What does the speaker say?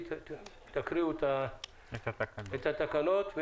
תקריאו את התקנות.